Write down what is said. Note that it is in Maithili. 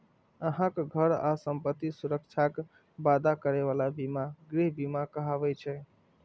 अहांक घर आ संपत्तिक सुरक्षाक वादा करै बला बीमा गृह बीमा कहाबै छै